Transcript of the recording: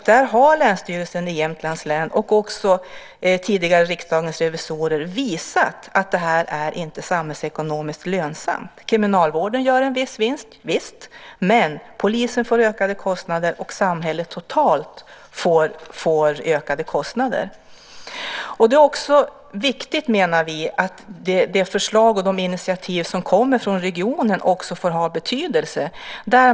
Där har Länsstyrelsen i Jämtlands län och tidigare Riksdagens revisorer visat att det här inte är samhällsekonomiskt lönsamt. Kriminalvården gör en viss vinst, men polisen får ökade kostnader och samhället totalt får ökade kostnader. Det är också viktigt, menar vi, att de förslag och initiativ som kommer från regionen får betydelse.